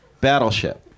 Battleship